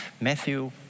Matthew